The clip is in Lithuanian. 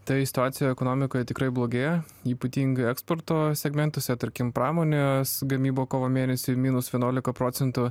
tai situacija ekonomikoj tikrai blogėja ypatingai eksporto segmentuose tarkim pramonės gamyba kovo mėnesį minus venuolika procentų